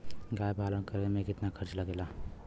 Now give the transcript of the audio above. गाय पालन करे में कितना खर्चा लगेला?